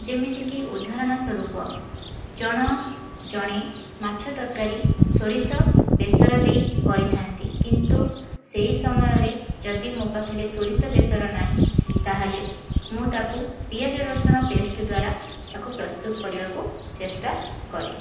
ଯେମିତିକି ଉଦାହରଣ ସ୍ୱରୂପ ଜଣ ଜଣେ ମାଛ ତରକାରୀ ସୋରିଷ ବେସର ଦେଇ କରିଥାନ୍ତି କିନ୍ତୁ ସେହି ସମୟରେ ଯଦି ମୋ' ପାଖରେ ସୋରିଷ ବେସର ନାହିଁ ତା'ହେଲେ ମୁଁ ତାକୁ ପିଆଜ ରସୁଣ ପେଷ୍ଟ ଦ୍ଵାରା ତାକୁ ପ୍ରସ୍ତୁତ କରିବାକୁ ଚେଷ୍ଟା କରେ